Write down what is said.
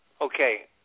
Okay